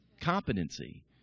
Competency